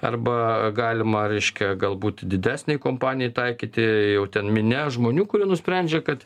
arba galima reiškia galbūt didesnei kompanijai taikyti jau ten minia žmonių kurių nusprendžia kad